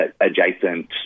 adjacent